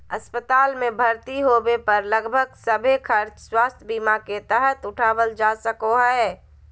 अस्पताल मे भर्ती होबे पर लगभग सभे खर्च स्वास्थ्य बीमा के तहत उठावल जा सको हय